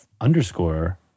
underscore